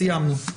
סיימנו.